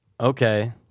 Okay